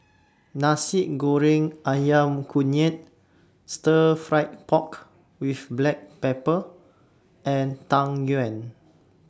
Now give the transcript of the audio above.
Nasi Goreng Ayam Kunyit Stir Fried Pork with Black Pepper and Tang Yuen